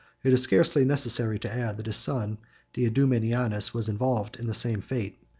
it is scarcely necessary to add, that his son diadumenianus was involved in the same fate.